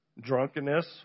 drunkenness